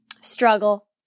struggle